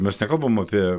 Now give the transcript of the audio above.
mes nekalbam apie